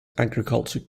agricultural